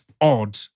odd